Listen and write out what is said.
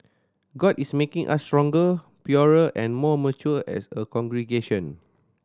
God is making us stronger purer and more mature as a congregation